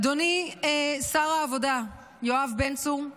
אדוני שר העבודה יואב בן צור,